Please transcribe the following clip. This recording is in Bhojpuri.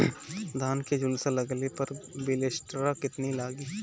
धान के झुलसा लगले पर विलेस्टरा कितना लागी?